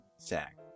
Zach